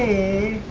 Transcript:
a